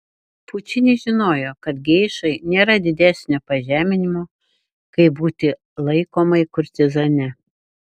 pučinis žinojo kad geišai nėra didesnio pažeminimo kaip būti laikomai kurtizane